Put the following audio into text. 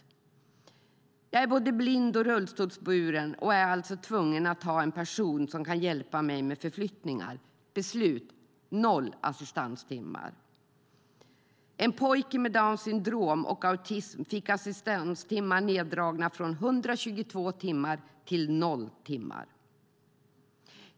Någon säger: Jag är både blind och rullstolsburen och är alltså tvungen att ha en person som kan hjälpa mig med förflyttningar. Beslut: Noll assistanstimmar! En pojke med Downs syndrom och autism fick assistanstimmarna neddragna från 122 till noll timmar.